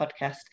podcast